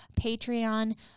Patreon